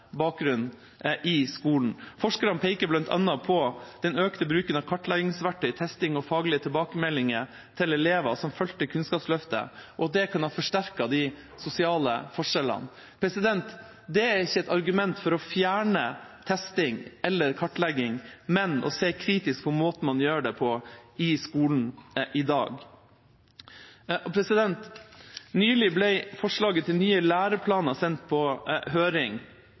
bakgrunn. Forskerne peker bl.a. på at den økte bruken av kartleggingsverktøy, testing og faglige tilbakemeldinger til elever som fulgte Kunnskapsløftet, kan ha forsterket de sosiale forskjellene. Det er ikke et argument for å fjerne testing eller kartlegging, men for å se kritisk på måten man gjør det på i skolen i dag. Nylig ble forslaget til nye læreplaner, som skal innføres i skolen i 2020, sendt på høring.